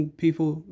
people